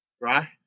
Right